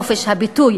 נגד חופש הביטוי,